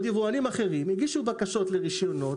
גם יבואנים אחרים הגישו בקשות לרישיונות,